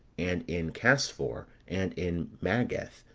and in casphor, and in mageth,